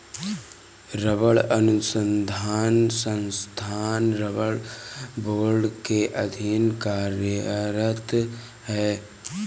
रबड़ अनुसंधान संस्थान रबड़ बोर्ड के अधीन कार्यरत है